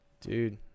Dude